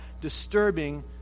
disturbing